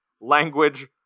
language